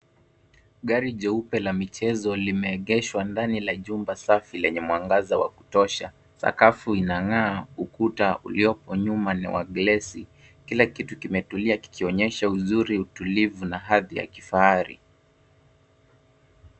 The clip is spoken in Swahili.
Gari jeupe la michezo limeegeshwa ndani la jumba safi lenye mwangaza waku tosha. Sakafu inang'aa, ukuta uliopo nyuma ni wa glesi. Kila kitu kimetulia kikionyesha uzuri utulivu na hadhi ya kifahari.